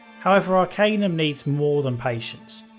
however, arcanum needs more than patience.